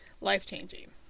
life-changing